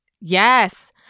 Yes